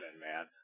man